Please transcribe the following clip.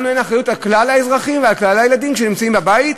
לנו אין אחריות על כלל האזרחים ועל כלל הילדים כשהם נמצאים בבית?